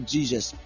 Jesus